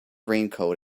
raincoat